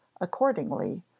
accordingly